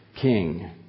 king